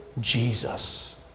Jesus